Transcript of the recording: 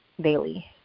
daily